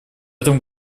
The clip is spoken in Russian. этом